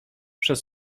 przez